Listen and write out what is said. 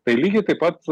tai lygiai taip pat